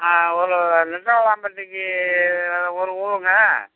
ஆ ஒரு நெட்டவேலம்பட்டிக்கி ஒரு ஊருங்க